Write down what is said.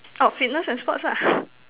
oh fitness and sports ah